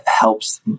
helps